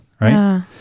right